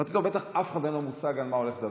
אמרתי, בטח לאף אחד אין מושג על מה הוא הולך לדבר.